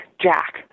Jack